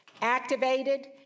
activated